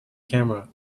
camera